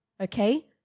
Okay